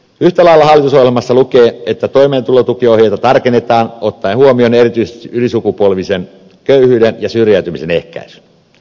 yhtä lailla hallitusohjelmassa lukee että toimeentulotukiohjeita tarkennetaan ottaen huomioon erityisesti ylisukupolvisen köyhyyden ja syrjäytymisen ehkäisy